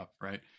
Right